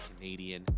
Canadian